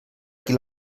qui